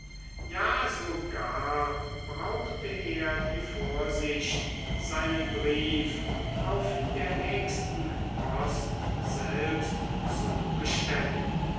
ja sogar brauchte er die vorsicht seinen brief auf der nächsten post selbst zu bestellen